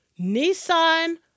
Nissan